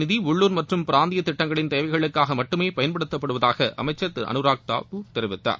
நிதி மற்றும் பிராந்திய திட்டங்களின் தேவைகளுக்காக மட்டுமே அந்த பயன்படுத்தப்படுவதாக அமைச்சர் திரு அனுராக் தாகூர் தெரிவித்தார்